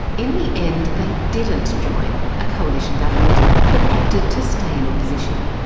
in the end they didn't join a coalition government but opted to stay in opposition.